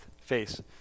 face